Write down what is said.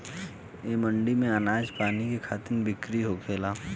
ए मंडी में आनाज पानी के खरीद बिक्री होखेला